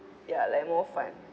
ya like more fun